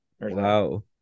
wow